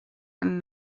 and